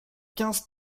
quinze